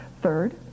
Third